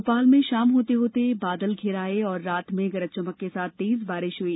भोपाल में लेकिन शाम होते होते बादल घिर आये और रात में गरज चमक के साथ तेज बारिश हुई